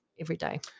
everyday